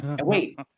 Wait